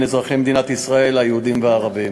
בין אזרחי מדינת ישראל היהודים והערבים.